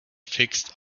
fixed